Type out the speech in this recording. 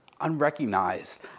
unrecognized